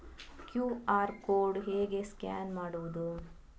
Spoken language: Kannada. ಕ್ಯೂ.ಆರ್ ಕೋಡ್ ಹೇಗೆ ಸ್ಕ್ಯಾನ್ ಮಾಡುವುದು?